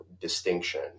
distinction